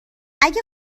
اگه